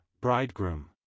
Bridegroom